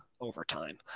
overtime